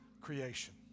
creation